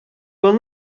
will